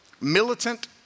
militant